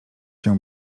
się